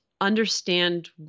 understand